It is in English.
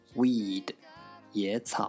weed,野草